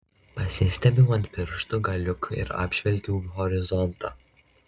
pasistiebiu ant pirštų galiukų ir apžvelgiu horizontą